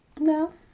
No